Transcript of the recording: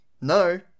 no